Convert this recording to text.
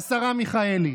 השרה מיכאלי?